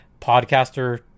podcaster